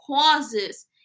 causes